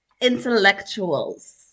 Intellectuals